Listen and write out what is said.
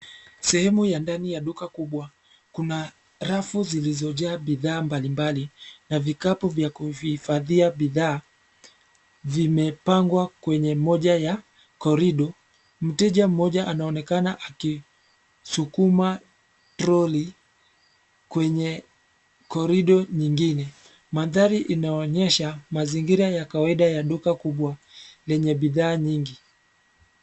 Sehemu ya ndani ya duka kubwa. Kuna rafu zilizojaa bidhaa mbalimbali na vikapu vya kuvihifadhia bidhaa vimepangwa kwenye mmoja ya korido. Mteja mmoja anaonekana akisukuma toroli kwenye korido nyingine. Mandhari inaonyesha mazingira ya kawaida ya duka kubwa yenye bidhaa nyingi.